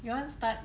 you want to start